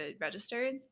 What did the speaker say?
registered